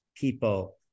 people